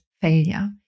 failure